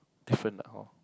different lah hor